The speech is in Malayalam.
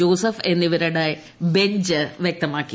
ജോസഫ് എന്നിവരുടെ ബെഞ്ച് വൃക്തമാക്കി